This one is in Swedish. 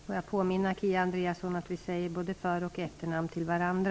Får jag påminna Kia Andreasson om att vi säger både för och efternamn till varandra.